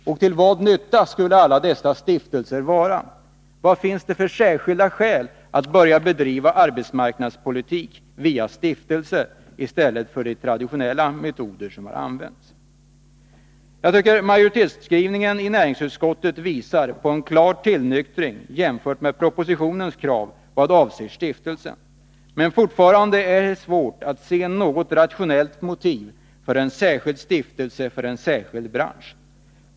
Till vad nytta skulle alla dessa stiftelser vara? Vad finns det för särskilda skäl att börja bedriva arbetsmarknadspolitik via stiftelser i stället för med de traditionella metoderna? Jag tycker att majoritetsskrivningen i näringsutskottets betänkande visar på en klar tillnyktring jämfört med propositionens krav vad avser stiftelsen. Men fortfarande är det svårt att se något rationellt motiv för en särskild stiftelse för en särskild bransch.